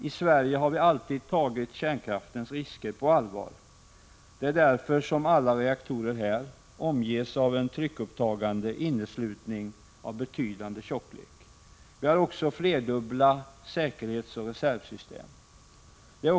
I Sverige har vi alltid tagit kärnkraftens risker på allvar. Det är därför som alla reaktorer här omges av en tryckupptagande inneslutning av betydande tjocklek. Vi har också flerdubbla säkerhetsoch reservsystem.